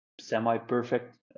semi-perfect